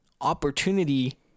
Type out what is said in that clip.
opportunity